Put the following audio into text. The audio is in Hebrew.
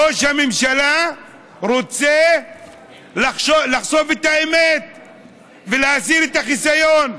ראש הממשלה רוצה לחשוף את האמת ולהסיר את החיסיון.